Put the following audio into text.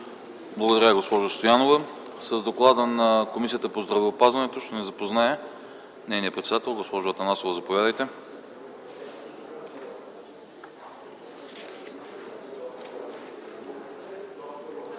Благодаря, госпожо Стоянова. С доклада на Комисията по здравеопазването ще ни запознае нейният председател. Госпожо Атанасова, заповядайте.